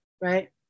right